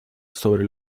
sobre